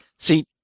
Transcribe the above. See